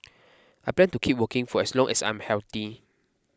I plan to keep working for as long as I am healthy